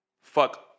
Fuck